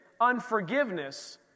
unforgiveness